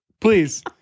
Please